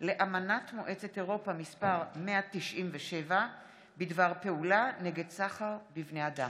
לאמנת מועצת אירופה מס' 197 בדבר פעולה נגד סחר בבני אדם.